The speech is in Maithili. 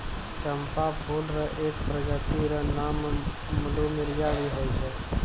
चंपा फूल र एक प्रजाति र नाम प्लूमेरिया भी होय छै